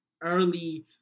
early